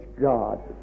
God